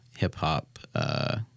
hip-hop